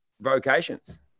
vocations